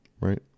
right